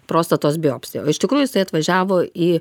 prostatos biopsija o iš tikrųjų jisai atvažiavo į